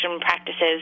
practices